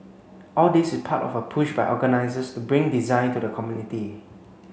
all this is part of a push by organisers to bring design to the community